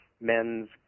men's